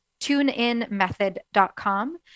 tuneinmethod.com